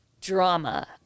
drama